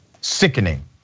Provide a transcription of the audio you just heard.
sickening